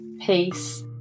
peace